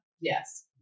Yes